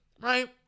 Right